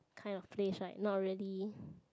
kind of place right not really